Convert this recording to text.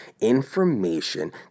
information